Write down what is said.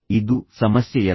ಇದು ಸಮಸ್ಯೆಯಲ್ಲ